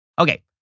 Okay